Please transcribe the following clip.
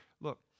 look